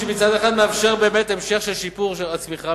שמצד אחד מאפשר באמת המשך של שיפור של צמיחה,